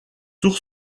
tour